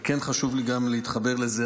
וכן חשוב לי להתחבר לזה.